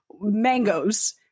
mangoes